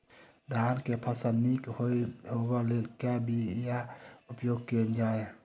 धान केँ फसल निक होब लेल केँ बीया उपयोग कैल जाय?